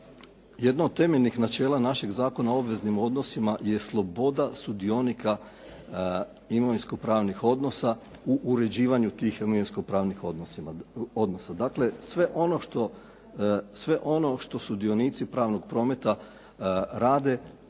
jedno od temeljnih načela našeg Zakona o obveznim odnosima je sloboda sudionika imovinsko pravnih odnosa u uređivanju tih imovinsko pravnih odnosa. Dakle, sve ono što sudionici pravnog prometa rade